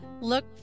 Look